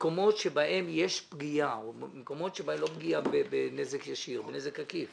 מקומות בהם יש פגיעה- לא בנזק ישיר אלא בנזק עקיף